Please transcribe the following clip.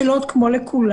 מי בודק שאלות מאוד חשובות.